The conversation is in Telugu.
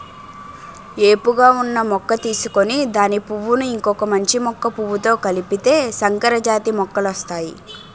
ఏపుగా ఉన్న మొక్క తీసుకొని దాని పువ్వును ఇంకొక మంచి మొక్క పువ్వుతో కలిపితే సంకరజాతి మొక్కలొస్తాయి